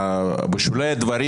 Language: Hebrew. בשולי הדברים,